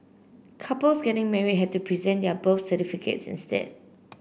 couples getting married had to present their birth certificates instead